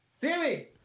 Sammy